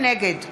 נגד